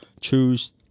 choose